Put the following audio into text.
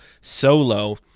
solo